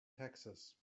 taxes